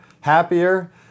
happier